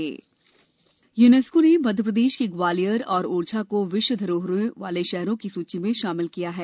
प्रदेश UNESCO UNESCO ने मध्य प्रदेश के ग्वालियर और ओरछा को विश्व धरोहर वाले शहरों की सूची में शामिल किया है